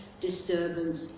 disturbance